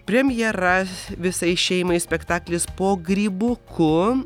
premjera visai šeimai spektaklis po grybuku